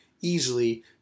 easily